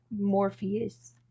Morpheus